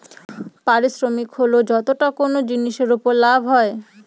পারিশ্রমিক হল যতটা কোনো জিনিসের উপর লাভ হয়